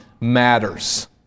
matters